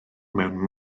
mewn